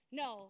no